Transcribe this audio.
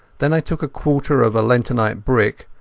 then i took a quarter of a lentonite brick,